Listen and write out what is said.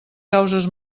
causes